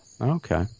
okay